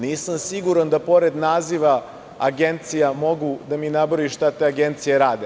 Nisam siguran da pored naziva agencija mogu da mi nabroje šta te agencije rade.